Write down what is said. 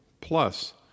plus